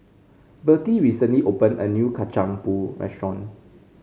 Vertie recently opened a new Kacang Pool restaurant